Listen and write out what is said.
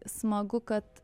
smagu kad